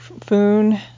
Foon